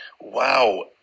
wow